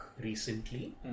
recently